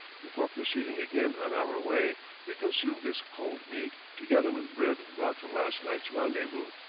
before proceeding again on our way we consume this cold meat, together with bread brought from last night's rendezvous.